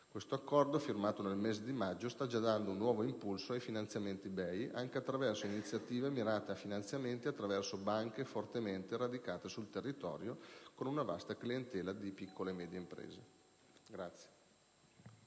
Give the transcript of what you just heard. Questo accordo, firmato nel mese di maggio, sta già dando un nuovo impulso ai finanziamenti Banca europea per gli investimenti, anche attraverso iniziative mirate a finanziamenti attraverso banche fortemente radicate sul territorio, con una vasta clientela di piccole e medie imprese.